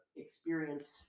experience